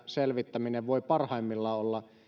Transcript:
selvittäminen voi parhaimmillaan olla